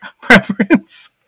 preference